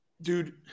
Dude